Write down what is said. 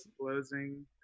closing